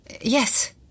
Yes